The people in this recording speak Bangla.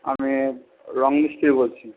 আমি রঙ মিস্ত্রি বলছি